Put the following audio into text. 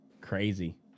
crazy